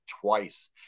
twice